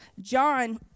John